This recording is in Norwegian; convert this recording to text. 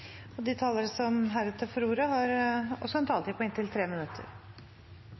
De talerne som heretter får ordet, har også en taletid på inntil 3 minutter.